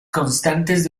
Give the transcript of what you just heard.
constantes